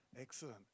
excellent